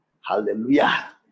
hallelujah